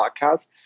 podcast